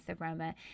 aroma